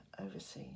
overseas